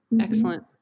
Excellent